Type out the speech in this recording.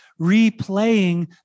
replaying